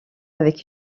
avec